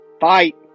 Fight